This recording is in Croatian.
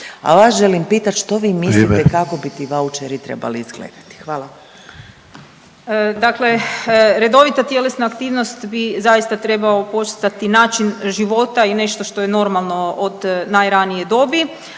Sanader: Vrijeme/…što vi mislite kako bi ti vaučeri trebali izgledati? Hvala. **Marić, Andreja (SDP)** Dakle redovita tjelesna aktivnost bi zaista trebao postati način života i nešto što je normalno od najranije dobi,